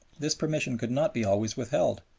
this permission could not be always withheld.